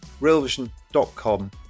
realvision.com